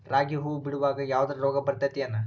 ರಾಗಿ ಹೂವು ಬಿಡುವಾಗ ಯಾವದರ ರೋಗ ಬರತೇತಿ ಏನ್?